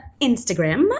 Instagram